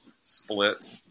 Split